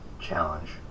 challenge